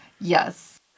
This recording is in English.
Yes